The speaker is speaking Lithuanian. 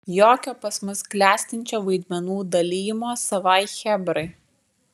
jokio pas mus klestinčio vaidmenų dalijimo savai chebrai